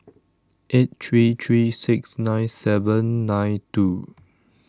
eight three three six nine seven nine two